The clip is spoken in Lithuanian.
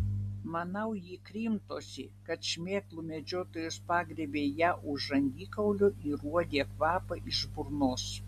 manau ji krimtosi kad šmėklų medžiotojas pagriebė ją už žandikaulio ir uodė kvapą iš burnos